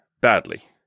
badly